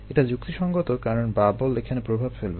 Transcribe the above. এটা যুক্তিসঙ্গত কারণ বাবল এখানে প্রভাব ফেলবে